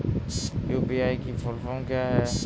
UPI की full form क्या है?